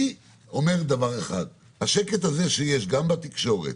אני אומר דבר אחד, השקט הזה שיש גם בתקשורת